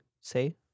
say